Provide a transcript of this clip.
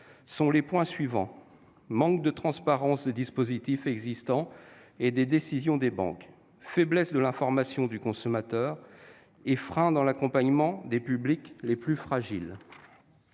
pour les emprunteurs : manque de transparence des dispositifs existants et des décisions des banques, faiblesse de l'information du consommateur, freins dans l'accompagnement des publics les plus fragiles.